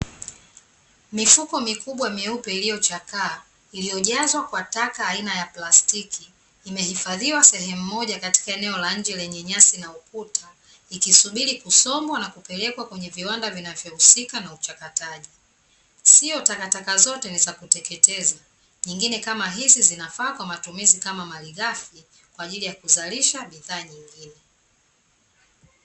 Mifuko mikubwa meupe iliyochakaa iliyojazwa kwa taka aina ya plasitiki, imehifadhiwa sehemu moja katika eneo la nje lenye nyasi na ukuta, ikisubiri kusombwa na kupelekwa kwenye viwanda vinavyohusika na uchakataji. Sio takataka zote ni za kuteketeza nyingine kama hizi zinafaa kwa matumizi kama malighafi, kwa ajili ya kuzalisha bidhaa nyingine.